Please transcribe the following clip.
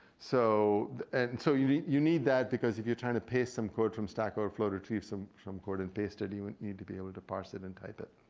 so and so you need you need that because if you're trying to paste some code from stack overflow, retrieve some code and paste it, you and need to be able to parse it and type it.